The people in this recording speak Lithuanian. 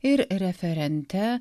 ir referente